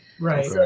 Right